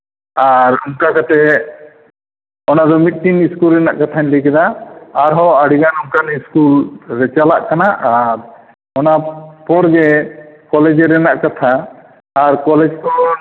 ᱟᱨ ᱚᱝᱠᱟ ᱠᱟᱛᱮᱫ ᱚᱱᱟ ᱫᱚ ᱢᱤᱫᱴᱤᱱ ᱤᱥᱠᱩᱞ ᱨᱮᱱᱟᱜ ᱠᱟᱛᱷᱟᱧ ᱞᱟᱹᱭ ᱠᱮᱫᱟ ᱟᱨᱦᱚᱸ ᱟᱹᱰᱤᱜᱟᱱ ᱚᱱᱠᱟᱱ ᱤᱥᱠᱩᱞ ᱨᱮ ᱪᱟᱞᱟᱜ ᱠᱟᱱᱟ ᱟᱨ ᱚᱱᱟ ᱯᱚᱨ ᱜᱮ ᱠᱚᱞᱮᱡᱽ ᱨᱮᱱᱟᱜ ᱠᱟᱛᱷᱟ ᱟᱨ ᱠᱚᱞᱮᱡᱽ ᱠᱚ